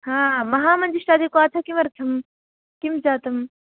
हा महामञ्जिष्टादिक्वाथ किमर्थं किं जातम्